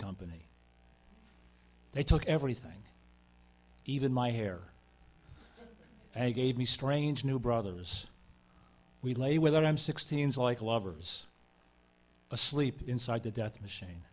company they took everything even my hair and gave me strange new brothers we lay with i'm sixteen's like lovers asleep inside the death machine